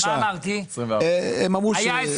הייתה